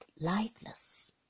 lifeless